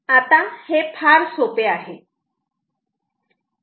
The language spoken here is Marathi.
आता हे फार सोपे आहे